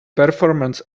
performance